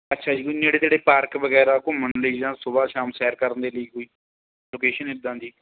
ਅੱਛਾ ਜੀ ਕੋਈ ਨੇੜੇ ਤੇੜੇ ਪਾਰਕ ਵਗੈਰਾ ਘੁੰਮਣ ਲਈ ਜਾਂ ਸੁਬਹਾ ਸ਼ਾਮ ਸੈਰ ਕਰਨ ਦੇ ਲਈ ਕੋਈ ਲੋਕੇਸ਼ਨ ਇੱਦਾਂ ਦੀ